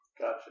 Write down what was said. Gotcha